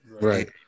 Right